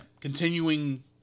Continuing